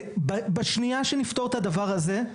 בשנייה שנפתור את הדבר הזה,